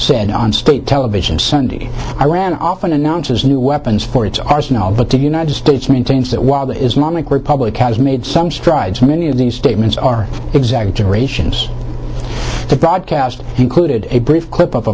said on state television sunday iran often announces new weapons for its arsenal but the united states maintains that while the islamic republic has made some strides many of these statements are exaggerations broadcast included a brief clip of